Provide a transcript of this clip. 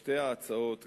שתי ההצעות,